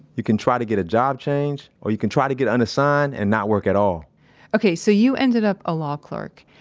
you can try to get a job change, change, or you can try to get unassigned and not work at all okay, so you ended up a law clerk,